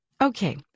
Okay